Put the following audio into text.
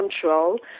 control